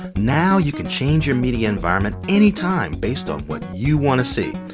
now you can change your media environment anytime based on what you want to see.